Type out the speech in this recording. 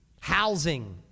housing